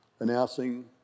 Announcing